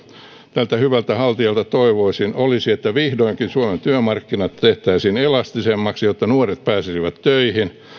tältä hyvältä haltijalta toivoisin olisi että vihdoinkin suomen työmarkkinat tehtäisiin elastisemmiksi jotta nuoret pääsisivät töihin